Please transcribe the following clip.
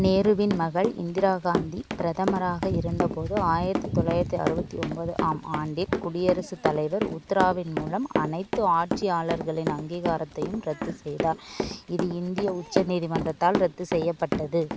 நேருவின் மகள் இந்திரா காந்தி பிரதமராக இருந்தபோது ஆயிரத்து தொள்ளாயிரத்து அறுபத்தி ஒம்பது ஆம் ஆண்டில் குடியரசுத் தலைவர் உத்ராவின் மூலம் அனைத்து ஆட்சியாளர்களின் அங்கீகாரத்தையும் ரத்து செய்தார் இது இந்திய உச்ச நீதிமன்றத்தால் ரத்து செய்யப்பட்டது